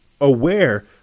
aware